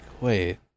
wait